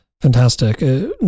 Fantastic